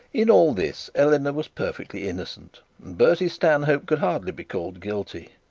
in all this eleanor was perfectly innocent, and bertie stanhope could hardly be called guilty.